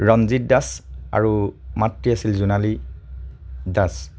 ৰঞ্জিত দাস আৰু মাতৃ আছিল জোনালী দাস